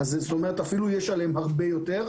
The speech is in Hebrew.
אפילו יש עליהם הרבה יותר,